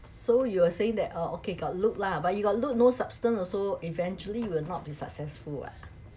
so you were saying that uh okay got look lah but you got look no substance also eventually will not be successful [what]